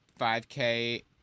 5K